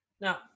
Now